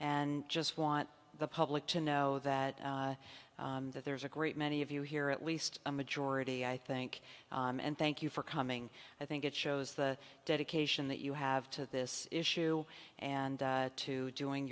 and just want the public to know that that there is a great many of you here at least a majority i think and thank you for coming i think it shows the dedication that you have to this issue and to doing